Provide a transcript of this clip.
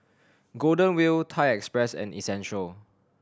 Golden Wheel Thai Express and Essential